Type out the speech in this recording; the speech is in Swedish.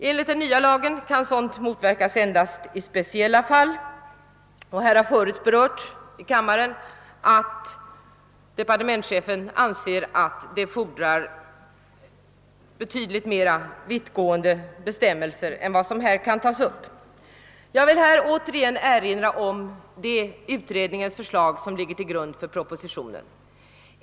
Enligt den nya lagen kan sådant motverkas endast i speciella fall. Det har tidigare framhållits här att departementschefen anser att det erfordras betydligt mera vittgående bestämmelser. Jag vill återigen erinra om det utredningsförslag som ligger till grund för propositionen.